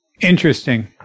Interesting